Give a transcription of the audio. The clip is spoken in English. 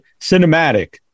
cinematic